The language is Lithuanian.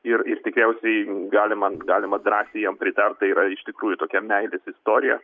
ir ir tikėjausi galima galima drąsiai jam pritart tai yra iš tikrųjų tokia meilės istorija